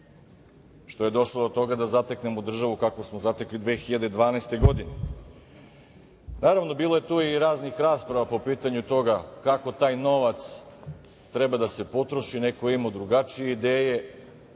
što je došlo do toga da zateknemo državu kako smo zatekli 2012. godine. Naravno, bilo je tu i raznih rasprava po pitanju toga kako taj novac treba da se potroši. Neko je imao drugačije ideje,